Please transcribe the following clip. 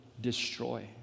destroy